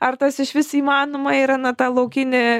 ar tas išvis įmanoma ir ana tą laukinį